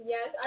Yes